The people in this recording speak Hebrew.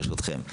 ברשותכם,